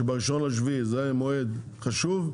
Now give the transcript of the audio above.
שב-1 ביולי זה מועד חשוב,